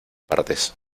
partes